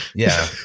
yeah.